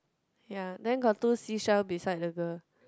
ya then got two seashell beside the girl